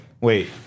Wait